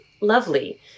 lovely